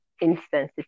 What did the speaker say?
insensitive